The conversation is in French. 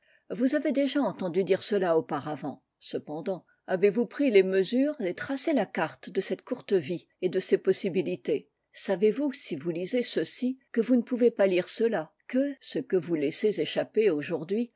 vous avez déjà à entendu dire cela auparavant cependant avez-vous pris les mesures et tracé la carte de cette courte vie et de ses possibilités savez-vous si vous lisez ceci que vous ne pouvez pas lire cela que ce que vous laissez échapper aujourd'hui